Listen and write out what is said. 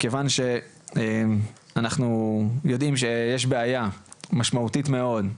מכיוון שאנחנו יודעים שיש בעיה משמעותית מאוד,